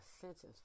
sentence